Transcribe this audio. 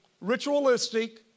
Ritualistic